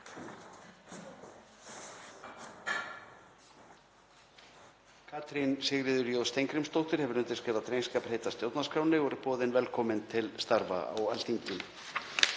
Katrín Sigríður J. Steingrímsdóttir hefur undirskrifað drengskaparheit að stjórnarskránni og er boðin velkomin til starfa á Alþingi.